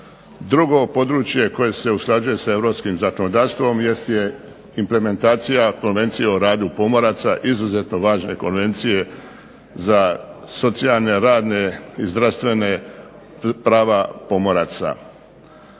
Drugo, područje koje se usklađuje sa europskim zakonodavstvom jest implementacija Konvencije o radu pomoraca, izuzetno važne konvencije za socijalna, radna i zdravstvena prava pomoraca.